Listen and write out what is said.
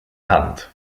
hand